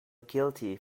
guilty